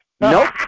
Nope